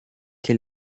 que